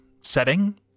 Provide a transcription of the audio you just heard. setting